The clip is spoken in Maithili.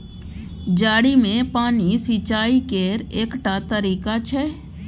जड़ि मे पानि सिचाई केर एकटा तरीका छै